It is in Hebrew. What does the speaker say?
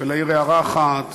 ולהעיר הערה אחת